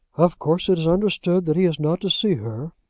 of course it is understood that he is not to see her?